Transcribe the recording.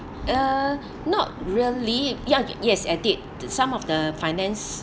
uh not really young yes I did that some of the finance